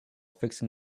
fixing